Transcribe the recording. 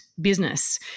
business